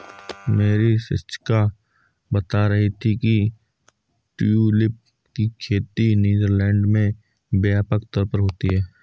मेरी शिक्षिका बता रही थी कि ट्यूलिप की खेती नीदरलैंड में व्यापक तौर पर होती है